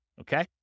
Okay